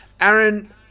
Aaron